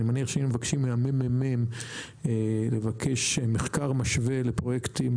אני מניח שאם מבקשים מהממ"מ מחקר משווה לפרויקטים